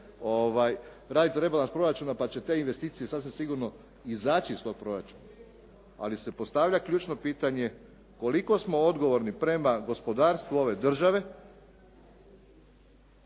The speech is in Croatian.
raditi rebalans proračuna pa će te investicije sasvim sigurno izaći iz tog proračuna. Ali se postavlja ključno pitanje, koliko smo odgovorni prema gospodarstvu ove države